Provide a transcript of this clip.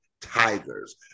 Tigers